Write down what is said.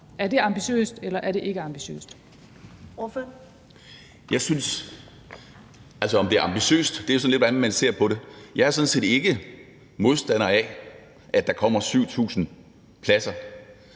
på det. Jeg er sådan set ikke modstander af, at der kommer 7.000 pladser.